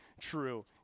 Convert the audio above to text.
true